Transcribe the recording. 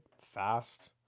fast